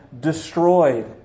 destroyed